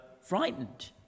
frightened